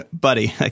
buddy